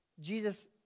Jesus